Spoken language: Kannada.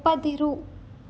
ಒಪ್ಪದಿರು